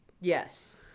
Yes